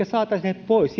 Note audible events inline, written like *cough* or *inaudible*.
*unintelligible* saataisiin heidät pois *unintelligible*